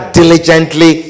diligently